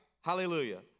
Hallelujah